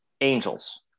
angels